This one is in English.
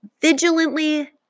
Vigilantly